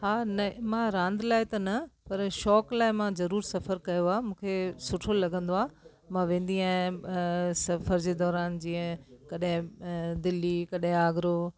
हा न मां रांद लाइ त न पर शौंक़ु लाइ मां ज़रूर सफ़र कयो आहे मूंखे सुठो लॻंदो आहे मां वेंदी आहियां अ सफ़र जे दौरनि जीअं कॾहिं अ दिल्ली कॾहिं आगरो